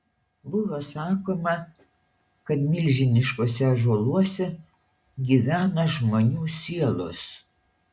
buvo sakoma kad milžiniškuose ąžuoluose gyvena žmonių sielos